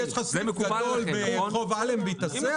במקביל יש לך סניף גדול ברחוב אלנבי שם